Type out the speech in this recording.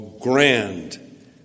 grand